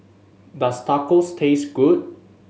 does Tacos taste good